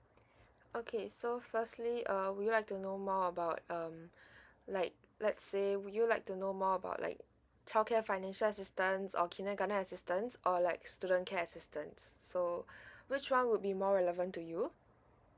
okay so firstly uh would you like to know more about um like let's say would you like to know more about like childcare financial assistance or kindergarten assistance or like student care assistance so which one would be more relevant to you